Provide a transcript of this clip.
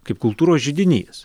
kaip kultūros židinys